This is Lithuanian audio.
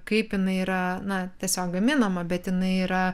kaip jinai yra na tiesiog gaminama bet jinai yra